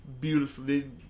beautifully